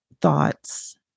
thoughts